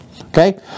okay